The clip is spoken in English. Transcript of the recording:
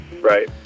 Right